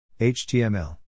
html